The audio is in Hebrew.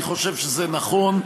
אני חושב שזה נכון.